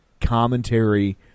commentary